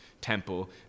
temple